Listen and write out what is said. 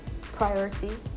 priority